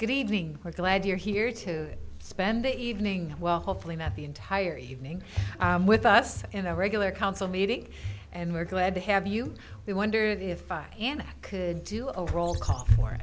good evening we're glad you're here to spend the evening well hopefully not the entire evening with us in a regular council meeting and we're glad to have you we wondered if i could do a roll call for